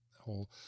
whole